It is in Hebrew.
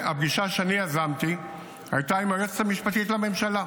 והפגישה שאני יזמתי הייתה עם היועצת המשפטית לממשלה.